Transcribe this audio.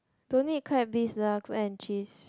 don't need crab bisque lah cook in cheese